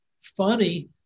funny